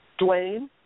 Dwayne